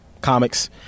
comics